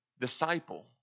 disciple